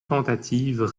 tentatives